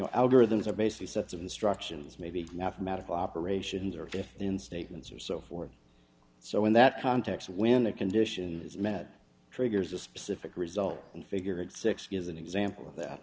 know algorithms are basically sets of instructions maybe mathematical operations or if then statements or so forth so in that context when a condition is met triggers a specific result and figured six gives an example of that